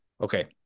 Okay